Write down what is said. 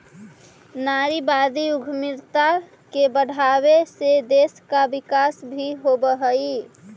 नारीवादी उद्यमिता के बढ़ावे से देश का विकास भी होवअ हई